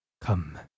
Come